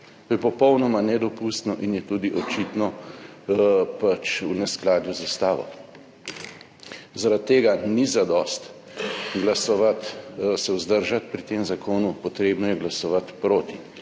To je popolnoma nedopustno in je tudi očitno v neskladju z Ustavo. Zaradi tega ni zadosti vzdržati se pri tem zakonu, potrebno je glasovati proti